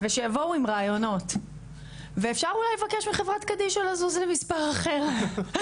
ושיבואו עם רעיונות ואפשר אולי לבקש מחברת קדישא לזוז למספר אחר,